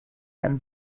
and